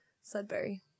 Sudbury